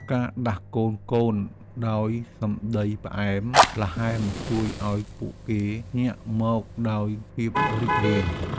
ការដាស់កូនៗដោយសម្តីផ្អែមល្ហែម ជួយឱ្យពួកគេភ្ញាក់មកដោយភាពរីករាយ។